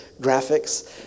graphics